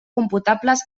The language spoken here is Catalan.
computables